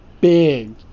big